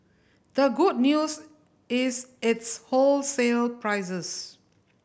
the good news is its wholesale prices